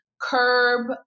curb